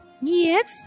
Yes